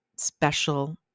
special